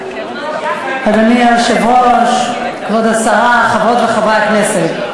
אדוני היושב-ראש, כבוד השרה, חברות וחברי הכנסת,